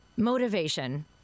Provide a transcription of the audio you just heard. Motivation